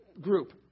group